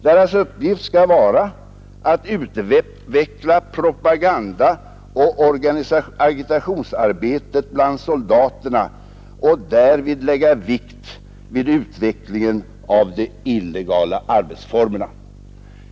Deras uppgift skall vara ”att utveckla propagandaoch agitationsarbetet bland soldaterna och därvid lägga vikt vid utvecklingen av de illegala arbetsformerna”.